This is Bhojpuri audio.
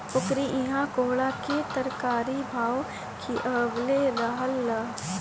ओकरी इहा कोहड़ा के तरकारी भात खिअवले रहलअ सअ